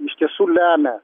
iš tiesų lemia